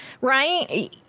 right